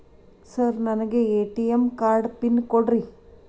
Sir ನನಗೆ ATM card pin ಕೊಡ್ರಿ?